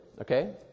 okay